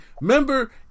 remember